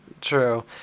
True